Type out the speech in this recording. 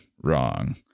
wrong